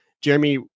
Jeremy